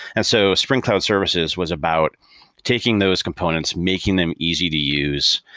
and so spring cloud services was about taking those components, making them easy to use.